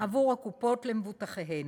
עבור הקופות למבוטחיהן,